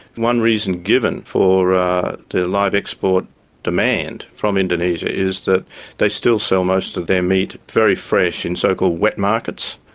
one reason given for ah the live export demand from indonesia is that they still sell most of their meat very fresh in so-called wet markets,